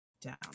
down